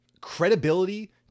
credibility